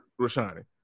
Rashani